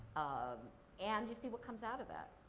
um and, you see what comes out of that.